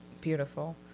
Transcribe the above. beautiful